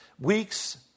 weeks